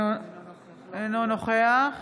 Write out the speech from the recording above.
אינו נוכח